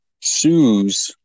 sues